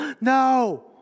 No